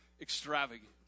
extravagant